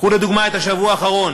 קחו לדוגמה את השבוע האחרון.